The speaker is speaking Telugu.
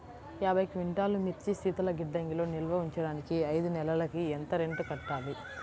యాభై క్వింటాల్లు మిర్చి శీతల గిడ్డంగిలో నిల్వ ఉంచటానికి ఐదు నెలలకి ఎంత రెంట్ కట్టాలి?